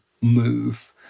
move